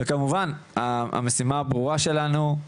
וכמובן המשימה הברורה שלנו,